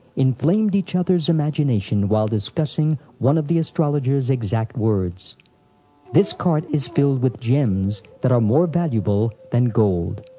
inflamed each other's imagination while discussing one of the astrologers's exact words this cart is filled with gems that are more valuable than gold.